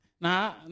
Nah